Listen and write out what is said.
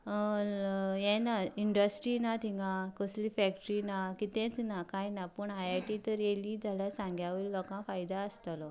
ये ना इंडस्ट्री ना थिंगा कसली फेक्ट्री ना कितेंच ना काय ना पूण आय आय टी तर येयली जाल्यार साग्यां वयलो लोकांक फायदो आसतलो